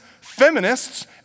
feminists